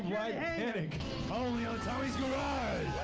yeah only on tommy's garage!